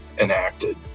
enacted